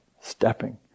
stepping